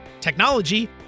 technology